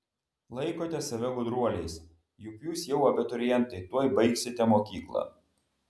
laikote save gudruoliais juk jūs jau abiturientai tuoj baigsite mokyklą